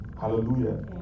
Hallelujah